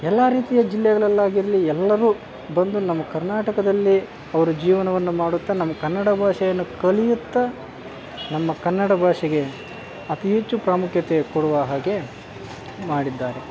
ಎಲ್ಲ ರೀತಿಯ ಜಿಲ್ಲೆಗಳಲ್ಲಾಗಿರಲಿ ಎಲ್ಲರೂ ಬಂದು ನಮ್ಮ ಕರ್ನಾಟಕದಲ್ಲಿ ಅವರ ಜೀವನವನ್ನು ಮಾಡುತ್ತಾ ನಮ್ಮ ಕನ್ನಡ ಭಾಷೆಯನ್ನು ಕಲಿಯುತ್ತಾ ನಮ್ಮ ಕನ್ನಡ ಭಾಷೆಗೆ ಅತಿ ಹೆಚ್ಚು ಪ್ರಾಮುಖ್ಯತೆ ಕೊಡುವ ಹಾಗೆ ಮಾಡಿದ್ದಾರೆ